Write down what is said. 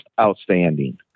outstanding